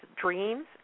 dreams